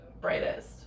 brightest